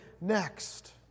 next